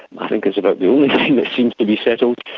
i think it's about the only thing that seems to be settled.